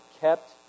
kept